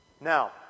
Now